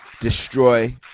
destroy